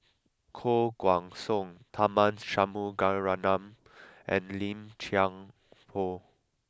Koh Guan Song Tharman Shanmugaratnam and Lim Chuan Poh